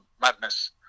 Madness